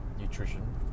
nutrition